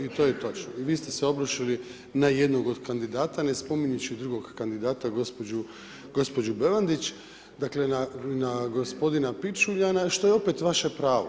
I to je točno i vi ste se obrušili na jednog od kandidata ne spominjući drugog kandidata gospođu Bevandić, dakle na gospodina Pičuljana što je opet vaše pravo.